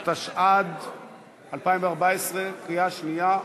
התשע"ד 2014, קריאה שנייה ושלישית.